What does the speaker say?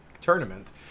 tournament